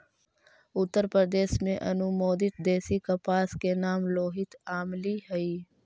उत्तरप्रदेश में अनुमोदित देशी कपास के नाम लोहित यामली हई